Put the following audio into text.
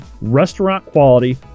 restaurant-quality